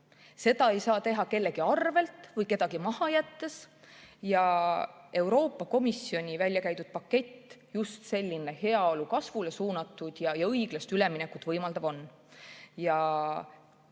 Seda ei saa teha kellegi arvel või kedagi maha jättes. Euroopa Komisjoni väljakäidud pakett ongi just selline, heaolu kasvule suunatud ja õiglast üleminekut võimaldav.